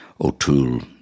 O'Toole